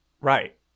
Right